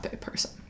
person